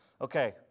Okay